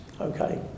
Okay